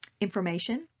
information